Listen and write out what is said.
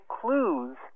clues